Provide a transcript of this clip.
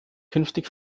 künftig